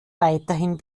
weiterhin